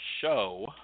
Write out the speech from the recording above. show